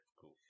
cool